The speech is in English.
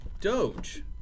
doge